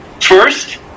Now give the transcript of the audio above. First